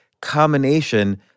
combination